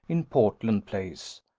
in portland-place.